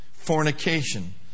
Fornication